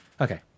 Okay